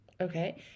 Okay